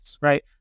right